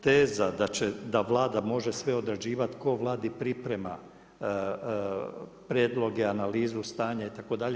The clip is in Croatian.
Teza da Vlada može sve određivati, tko Vladi priprema prijedloge, analizu, stanja itd.